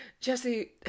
Jesse